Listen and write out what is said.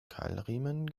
keilriemen